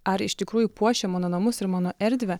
ar iš tikrųjų puošia mano namus ir mano erdvę